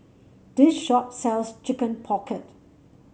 this shop sells Chicken Pocket